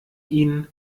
ihnen